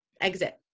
exit